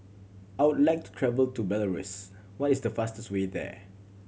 I would like to travel to Belarus what is the fastest way there